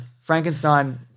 Frankenstein